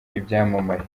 ibyamamare